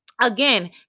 Again